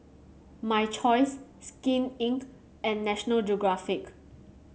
My Choice Skin Inc and National Geographic